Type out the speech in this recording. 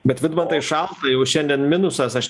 bet vidmantai šalta jau šiandien minusas aš